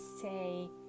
say